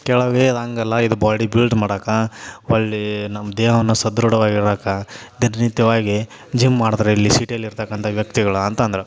ಕೇಳ್ದಾಗ ಏಯ್ ಅದು ಹಾಗಲ್ಲ ಇದು ಬಾಡಿ ಬಿಲ್ಡ್ ಮಾಡಕ್ಕೆ ಹೊರ್ಳಿ ನಮ್ಮ ದೇಹವನ್ನು ಸದೃಢವಾಗಿಡಕ್ಕೆ ದಿನನಿತ್ಯವಾಗಿ ಜಿಮ್ ಮಾಡ್ತಾರೆ ಇಲ್ಲಿ ಸಿಟಿಯಲ್ಲಿ ಇರತಕ್ಕಂಥ ವ್ಯಕ್ತಿಗಳು ಅಂತಂದರು